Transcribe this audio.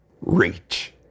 reach